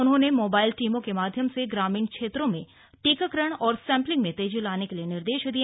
उन्होने मोबाईल टीमों के माध्यम से ग्रामीण क्षेत्रों में टीकाकरण और सैम्पलिंग में तेजी लाने के भी निर्देश दिए